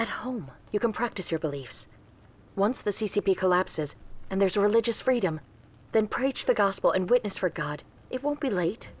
at home you can practice your beliefs once the c c p collapses and there's a religious freedom then preach the gospel and witness for god it will be late